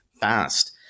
fast